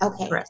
Okay